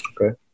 Okay